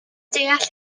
deall